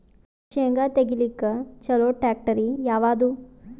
ಶೇಂಗಾ ತೆಗಿಲಿಕ್ಕ ಚಲೋ ಟ್ಯಾಕ್ಟರಿ ಯಾವಾದು?